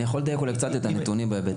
אני יכול לדייק אולי קצת את הנתונים בהיבט